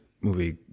movie